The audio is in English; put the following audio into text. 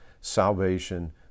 salvation